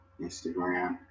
Instagram